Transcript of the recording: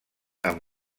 amb